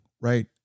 right